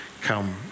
come